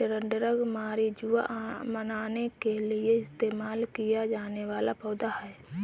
drug marijuana बनाने के लिए इस्तेमाल किया जाने वाला पौधा है